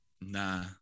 Nah